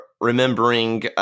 remembering